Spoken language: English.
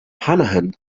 hanahan